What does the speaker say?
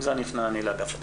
עם זה אני אפנה לאגף התקציבים.